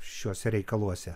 šiuose reikaluose